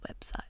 website